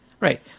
Right